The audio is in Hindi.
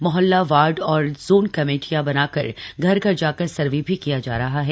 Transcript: मोहल्ला वार्ड और जोन कमेटियां बनाकर घर घर जाकर सर्वे भी किया जा रहा है